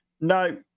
No